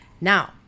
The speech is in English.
Now